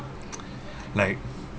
like